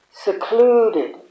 Secluded